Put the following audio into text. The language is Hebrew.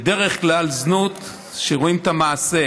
בדרך כלל זנות, כשרואים את המעשה.